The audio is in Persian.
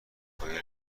دمپایی